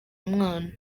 mwana